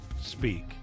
speak